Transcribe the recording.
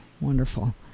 Wonderful